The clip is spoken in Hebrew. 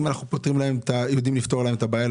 האם אנחנו יודעים לפתור להם את הבעיה,